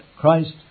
Christ